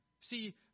See